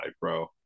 bro